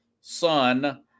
Son